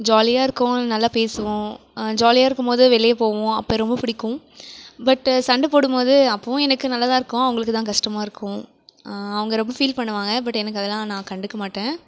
ஜாலியாயிருக்கும் நல்லா பேசுவோம் ஜாலியாயிருக்கும் போது வெளியே போவோம் அப்போ ரொம்ப பிடிக்கும் பட்டு சண்டை போடும்போது அப்பவும் எனக்கு நல்லாதாயிருக்கும் அவங்களுக்குதான் கஷ்டமாக இருக்கும் அவங்க ரொம்ப ஃபீல் பண்ணுவாங்க பட் எனக்கு அதெல்லாம் நான் கண்டுக்க மாட்டேன்